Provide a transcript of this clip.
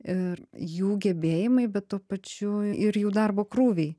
ir jų gebėjimai bet tuo pačiu ir jų darbo krūviai